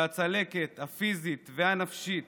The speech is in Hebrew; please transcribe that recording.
שהצלקת הפיזית והנפשית